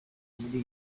muri